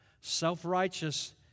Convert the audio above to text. Self-righteous